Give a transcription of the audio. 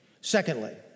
Secondly